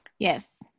Yes